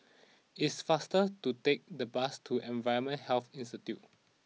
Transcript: it is faster to take the bus to Environmental Health Institute